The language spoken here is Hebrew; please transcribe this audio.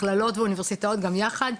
מכללות ואוניברסיטאות גם יחד,